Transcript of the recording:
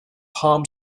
palm